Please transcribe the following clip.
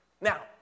Now